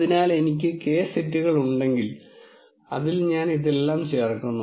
അതിനാൽ എനിക്ക് K സെറ്റുകൾ ഉണ്ടെങ്കിൽ അതിൽ ഞാൻ ഇതെല്ലാം ചേർക്കുന്നു